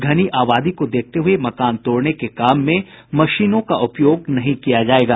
घनी आबादी को देखते हुए मकान तोड़ने के काम में मशीनों का उपयोग नहीं किया जायेगा